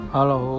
Hello